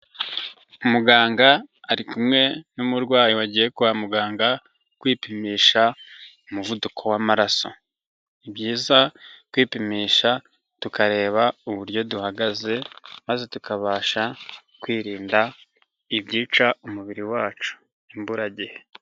Muganga ari kumwe n'umurwayi wagiye kwa muganga kwipimisha umuvuduko w'amaraso. Ni byiza kwipimisha tukareba uburyo duhagaze maze tukabasha kwirinda ibyica umubiri wacu imburagihe.